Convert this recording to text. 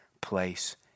place